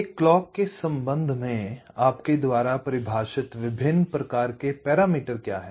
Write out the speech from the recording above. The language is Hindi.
एक क्लॉक के संबंध में आपके द्वारा परिभाषित विभिन्न प्रकार के पैरामीटर क्या हैं